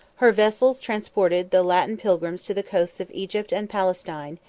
her vessels transported the latin pilgrims to the coasts of egypt and palestine,